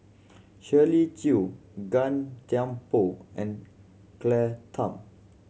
Shirley Chew Gan Thiam Poh and Claire Tham